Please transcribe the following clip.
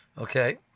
Okay